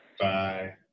bye